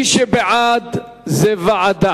אתם בעד ועדה?